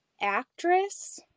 actress